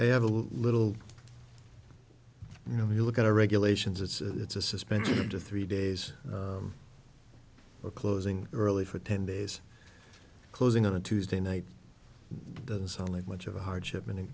i have a little you know you look at the regulations it's a it's a suspension to three days a closing early for ten days closing on a tuesday night doesn't sound like much of a hardship and